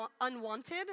unwanted